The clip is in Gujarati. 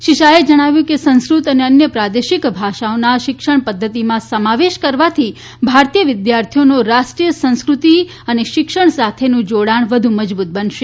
શ્રી શાહે જણાવ્યું છે કે સંસ્કૃત અને અન્ય પ્રાદેશિક ભાષાઓનો શિક્ષણ પદ્ધતિમાં સમાવેશ કરવાથી ભારતીય વિદ્યાર્થીઓનો રાષ્ટ્રીય સંસ્કૃતિ અને શિક્ષણ સાથેનું જોડાણ વધુ મજબૂત થશે